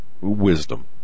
wisdom